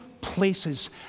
places